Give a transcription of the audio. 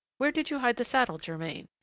where did you hide the saddle, germain?